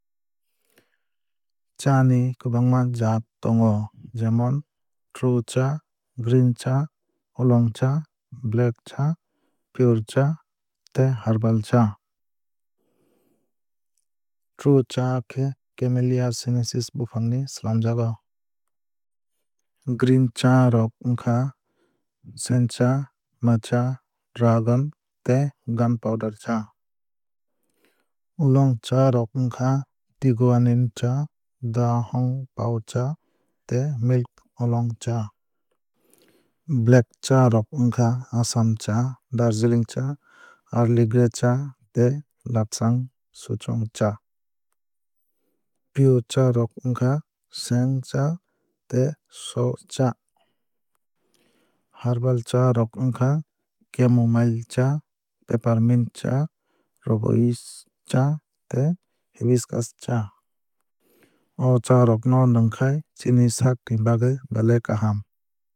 Cha ni kwbangma jaat tongo jemom true cha green cha oolong cha black cha puerh cha tei herbal cha. True cha khe camellia sinensis bufang ni swlamjago. Green cha rok wngkha sencha matcha dragon tei gunpowder cha. Oolong cha rok wngkha tieguanyin cha da hong pao cha tei milk oolong cha. Black cha rok wngkha assam cha darjeeling cha early grey cha tei lapsang souchong cha. Puerh cha rok wngkha sheng cha tei shou cha. Herbal cha rok wngkha chamomile cha peppermint cha rooibos cha tei hibiscus cha. O cha rok no nwngkhai chini saak ni bagwui belai kaham.